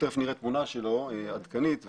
תכף נראה תמונה עדכנית שלו.